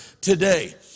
today